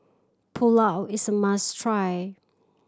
pulao is a must try